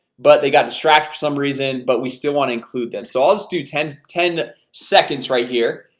but they got distracted some reason, but we still want to include them so i'll just do ten to ten seconds right here.